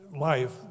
life